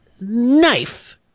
knife